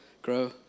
Grow